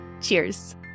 Cheers